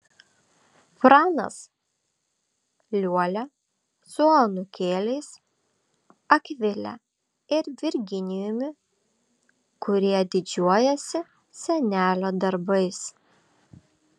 pranas liuolia su anūkėliais akvile ir virginijumi kurie didžiuojasi senelio darbais